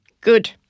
Good